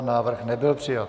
Návrh nebyl přijat.